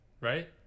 Right